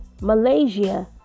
Malaysia